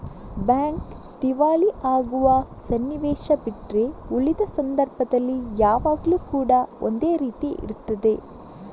bank ದಿವಾಳಿ ಆಗುವ ಸನ್ನಿವೇಶ ಬಿಟ್ರೆ ಉಳಿದ ಸಂದರ್ಭದಲ್ಲಿ ಯಾವಾಗ್ಲೂ ಕೂಡಾ ಒಂದೇ ರೀತಿ ಇರ್ತದೆ